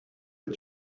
est